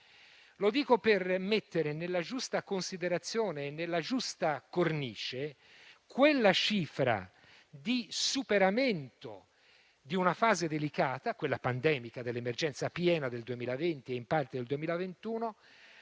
Lo dico per mettere nella giusta considerazione e nella giusta cornice la cifra del superamento di una fase delicata, quella pandemica, dell'emergenza piena del 2020 e in parte del 2021,